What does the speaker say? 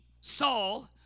Saul